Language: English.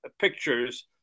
pictures